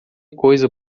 coisa